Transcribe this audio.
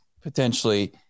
potentially